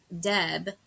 deb